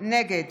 נגד